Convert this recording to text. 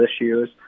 issues